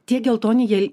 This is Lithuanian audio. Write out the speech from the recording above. tie geltoni jie